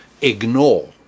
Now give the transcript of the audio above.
ignore